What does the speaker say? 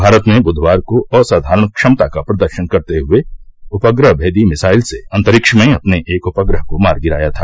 भारत ने बुधवार को असाधारण क्षमता का प्रदर्शन करते हुए उपग्रहभेदी मिसाइल से अंतरिक्ष में अपने एक उपग्रह को मार गिराया था